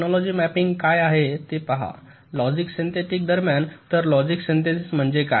technology mapping काय आहे ते पहा लॉजिक सिन्थेसिस दरम्यान तर लॉजिक सिन्थेसिस म्हणजे काय